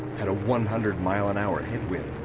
had a one hundred mile an hour headwind.